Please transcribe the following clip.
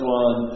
one